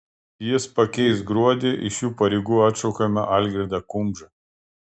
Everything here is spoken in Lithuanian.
jis pakeis gruodį iš šių pareigų atšaukiamą algirdą kumžą